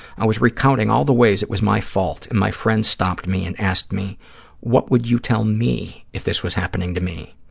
i was recounting all the ways it was my fault and my friends stopped me and asked me what would you tell me if this was happening to me?